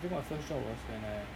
I think my first job was when I